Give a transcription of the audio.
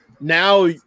now